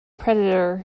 predator